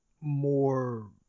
more